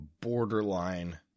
borderline